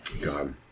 God